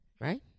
Right